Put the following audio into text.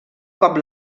cop